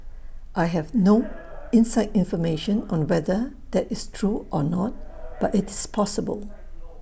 I have no inside information on whether that is true or not but it's possible